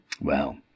Well